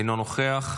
אינו נוכח.